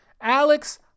Alex